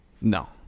No